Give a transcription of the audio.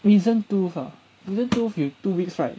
wisdom tooth ah wisdom tooth you two weeks right